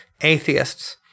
atheists